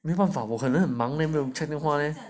没办法我可能很忙没有 leh 没有 check 电话 leh